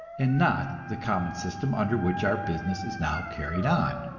and not the common system under which our business is now carried on.